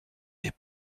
des